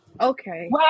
Okay